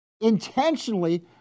intentionally